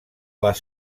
les